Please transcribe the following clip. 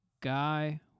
Guy